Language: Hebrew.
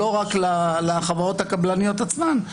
לא רק לחברות הקבלניות עצמן,